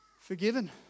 Forgiven